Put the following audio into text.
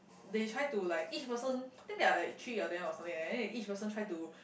they try to like each person think there are like three of them or something like that and then each person try to